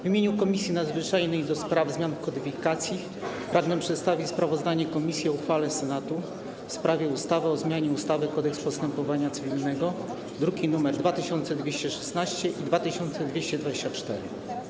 W imieniu Komisji Nadzwyczajnej do spraw zmian w kodyfikacjach pragnę przedstawić sprawozdanie komisji o uchwale Senatu w sprawie ustawy o zmianie ustawy - Kodeks postępowania cywilnego, druki nr 2216 i 2224.